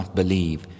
believe